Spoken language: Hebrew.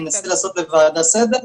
אני אנסה לעשות לוועדה סדר,